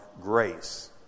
grace